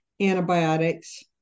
antibiotics